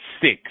Six